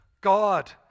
God